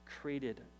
created